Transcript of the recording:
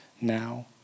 now